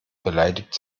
beleidigt